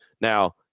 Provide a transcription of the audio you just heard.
Now